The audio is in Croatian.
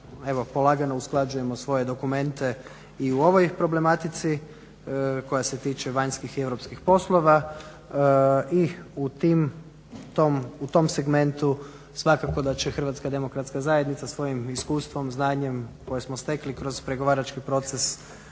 polagano usklađujemo svoje dokumente i u ovoj problematici koja se tiče vanjskih i europskih poslova. I u tim, u tom segmentu svakako da će Hrvatska demokratska zajednica svojim iskustvom, znanjem koje smo stekli kroz pregovarački proces